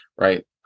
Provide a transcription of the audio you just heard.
Right